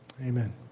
amen